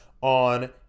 on